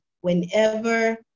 whenever